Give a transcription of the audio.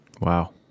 Wow